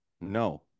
No